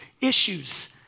issues